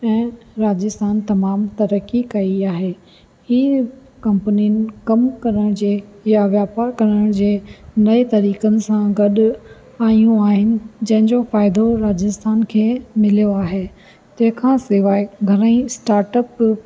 ऐं राजस्थान तमामु तरक़ी कई आहे ही कंपनियुनि कमु करण जे या वापारु करण जे नएं तरीक़नि सां गॾु आहियूं आहिनि जंहिंजो फ़ाइदो राजस्थान खे मिलियो आहे तंहिं खां सवाइ घणेई स्टाटअप